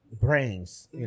brains